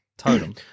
totem